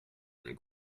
and